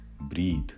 Breathe